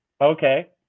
Okay